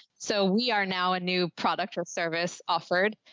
so we are now a new product or service offered.